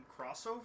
crossover